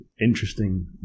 interesting